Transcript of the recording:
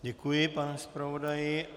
Děkuji, pane zpravodaji.